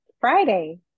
Friday